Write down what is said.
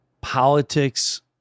politics